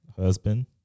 husband